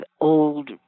old